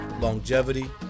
longevity